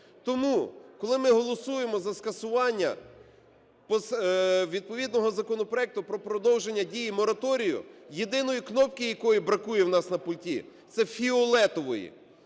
Тому, коли ми голосуємо за скасування відповідного законопроекту про продовження дії мораторію, єдиної кнопки, якої бракує у нас на пульті, це фіолетової.